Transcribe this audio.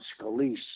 Scalise